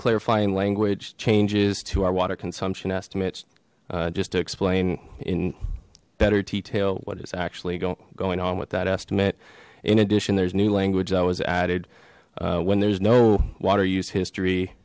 clarifying language changes to our water consumption estimates just to explain in better detail what is actually going on with that estimate in addition there's new language that was added when there's no water use history